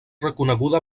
reconeguda